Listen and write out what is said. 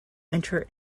winter